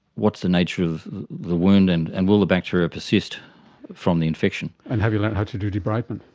what's the nature of the wound and and will the bacteria persist from the infection? and have you learned how to do debridement?